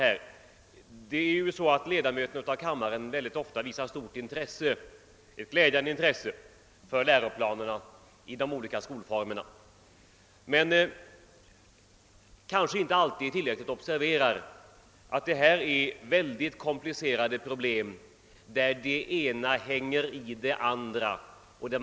Kammarens ledamöter visar ofta ett stort och glädjande intresse för läroplanerna inom de olika skolformerna men observerar kanske inte alltid tillräckligt att det är fråga om mycket komplicerade problem, där de olika komponenterna inbördes är beroende av varandra.